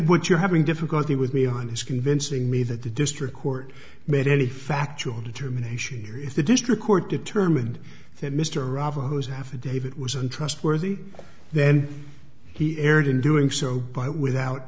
what you're having difficulty with me on is convincing me that the district court made any factual determination if the district court determined that mr robert who's affidavit was untrustworthy then he erred in doing so but without